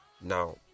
Now